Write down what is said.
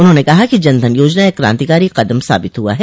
उन्होंने कहा कि जनधन योजना एक क्रांतिकारी कदम साबित हआ है